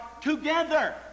together